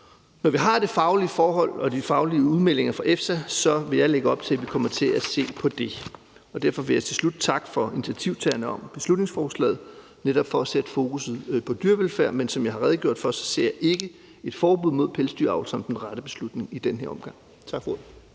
Når vi har de faglige forhold og de faglige udmeldinger fra EFSA, vil jeg lægge op til, at vi kommer til at se på det. Og derfor vil jeg til slut takke initiativtagerne for beslutningsforslaget, netop for at sætte fokus på dyrevelfærd. Men som jeg har redegjort for, ser jeg ikke et forbud mod pelsdyravl som den rette beslutning i den her omgang. Tak for